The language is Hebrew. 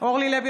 אורלי לוי